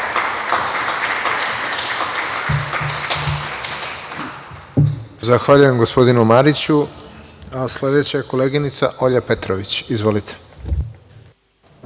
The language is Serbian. Zahvaljujem, gospodinu Mariću. Sledeća je koleginica Olja Petrović. Izvolite.